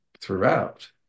throughout